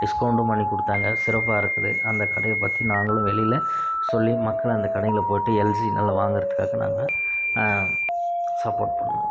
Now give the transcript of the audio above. டிஸ்கவுண்ட்டும் பண்ணி கொடுத்தாங்க சிறப்பாக இருக்குது அந்த கடையை பற்றி நாங்களும் வெளியில் சொல்லி மக்களை அந்த கடையில் போயிட்டு எல்ஜி நல்ல வாங்கிறத்துக்காக நாங்கள் சப்போர்ட் பண்ணிணோம்